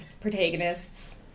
protagonists